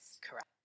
correct